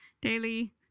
daily